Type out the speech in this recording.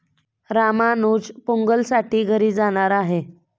रामानुज पोंगलसाठी घरी जाणार आहे